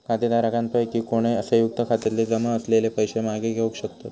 खातेधारकांपैकी कोणय, संयुक्त खात्यातले जमा असलेले पैशे मागे घेवक शकतत